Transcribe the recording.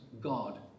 God